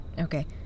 Okay